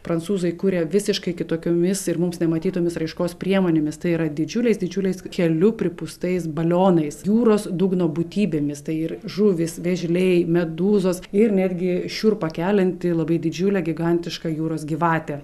prancūzai kuria visiškai kitokiomis ir mums nematytomis raiškos priemonėmis tai yra didžiuliais didžiuliais heliu pripūstais balionais jūros dugno būtybėmis tai ir žuvys vėžliai medūzos ir netgi šiurpą kelianti labai didžiulė gigantiška jūros gyvatė